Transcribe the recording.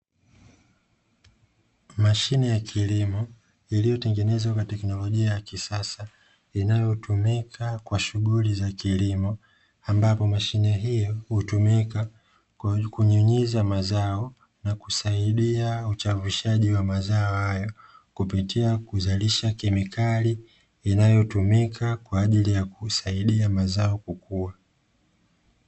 Mashine ya kilimo iliyotengenezwa kwa teknolojia ya kisasa, inayotumika kwa shughuli za kilimo; ambapo mashine hiyo hutumika kunyunyiza mazao na kusaidia uchavushaji wa mazao hayo, kupitia kuzalisha kemikali inayotumika kwa ajili ya kusaidia mazao kukua.